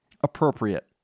Appropriate